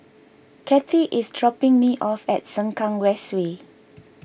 Kathie is dropping me off at Sengkang West Way